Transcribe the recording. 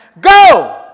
go